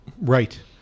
Right